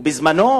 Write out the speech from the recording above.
ובזמנו,